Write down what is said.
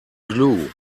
glue